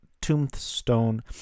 tombstone